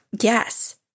Yes